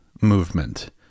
Movement